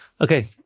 Okay